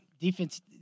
Defense